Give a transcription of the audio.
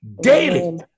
daily